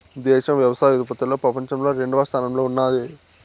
దేశం వ్యవసాయ ఉత్పత్తిలో పపంచంలో రెండవ స్థానంలో ఉన్నాది